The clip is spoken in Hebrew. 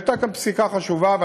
הייתה כאן פסיקה חשובה,